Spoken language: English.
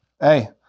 Hey